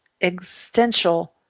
existential